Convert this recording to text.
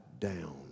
down